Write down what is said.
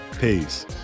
Peace